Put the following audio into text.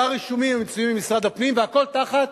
שאר הרישומים המצויים במשרד הפנים והכול תחת